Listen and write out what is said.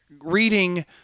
Reading